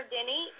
Denny